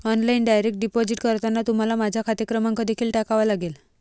online direct deposit करताना तुम्हाला माझा खाते क्रमांक देखील टाकावा लागेल